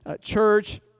church